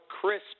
crisp